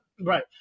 right